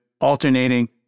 alternating